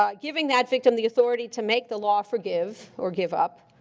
um giving that victim the authority to make the law forgive, or give up.